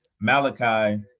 Malachi